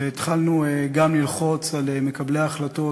והתחלנו גם ללחוץ על מקבלי ההחלטות,